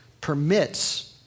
permits